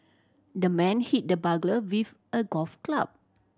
the man hit the burglar with a golf club